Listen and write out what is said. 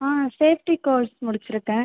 ஆ safety course முடிச்சுருக்கேன்